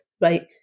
right